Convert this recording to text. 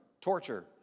torture